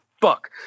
fuck